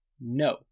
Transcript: No